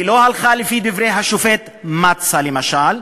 היא לא הלכה לפי דברי השופט מצא, למשל,